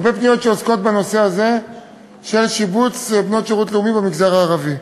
הרבה פניות שעוסקות בנושא הזה של שיבוץ בנות שירות לאומי במגזר הערבי.